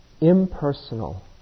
impersonal